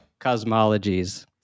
cosmologies